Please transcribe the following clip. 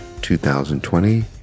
2020